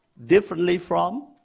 differently from,